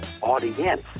audience